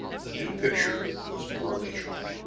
the new picture was more leisurely.